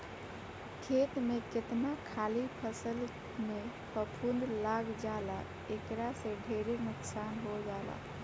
खेत में कतना हाली फसल में फफूंद लाग जाला एकरा से ढेरे नुकसान हो जाला